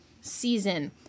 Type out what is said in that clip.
season